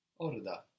Orda